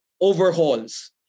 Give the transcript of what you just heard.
overhauls